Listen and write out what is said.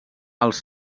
els